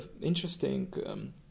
interesting